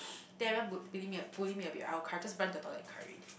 then everyone bull~ beully me bully me a bit I will cry just run to toilet and cry already